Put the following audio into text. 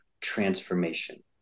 transformation